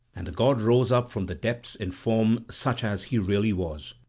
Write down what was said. and the god rose up from the depths in form such as he really was.